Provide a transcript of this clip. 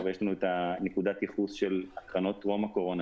ויש לנו את נקודת הייחוס של הקרנות טרום הקורונה,